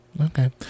Okay